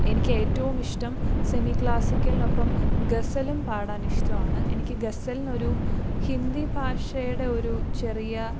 എനിക്കേറ്റവും ഇഷ്ടം സെമി ക്ലാസ്സിക്കലിനൊപ്പം ഗസലും പാടാനിഷ്ടമാണ് എനിക്ക് ഗസലിനൊരു ഹിന്ദി ഭാഷയുടെയൊരു ചെറിയ